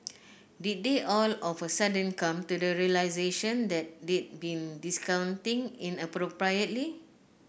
did they all of a sudden come to the realisation that they'd been discounting inappropriately